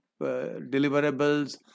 deliverables